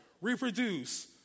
reproduce